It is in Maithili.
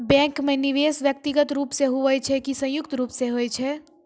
बैंक माई निवेश व्यक्तिगत रूप से हुए छै की संयुक्त रूप से होय छै?